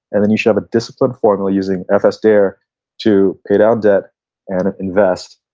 and then you should have a disciplined formula using f s dair to pay down debt and invest,